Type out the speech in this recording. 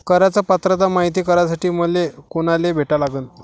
कराच पात्रता मायती करासाठी मले कोनाले भेटा लागन?